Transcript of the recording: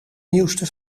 nieuwste